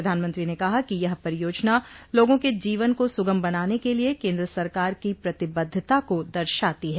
प्रधानमंत्री ने कहा कि यह परियोजना लोगों के जीवन को सुगम बनाने के लिए केन्द्र सरकार की प्रतिबद्धता को दर्शाती है